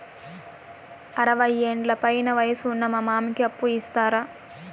అరవయ్యేండ్ల పైన వయసు ఉన్న మా మామకి అప్పు ఇస్తారా